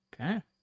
Okay